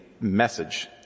message